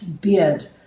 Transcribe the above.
beard